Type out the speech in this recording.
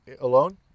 alone